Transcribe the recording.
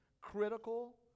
critical